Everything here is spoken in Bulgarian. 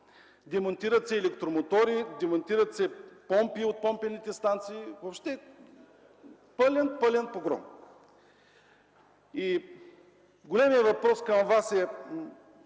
Демонтират се електромотори, демонтират се помпи от помпените станции – въобще пълен, пълен погром. Големият въпрос към Вас е: